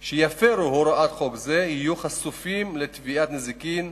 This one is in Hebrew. שיפירו את הוראת חוק זה יהיו חשופים לתביעת נזיקין